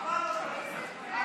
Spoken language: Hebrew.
(חבר הכנסת משה אבוטבול יוצא מאולם המליאה).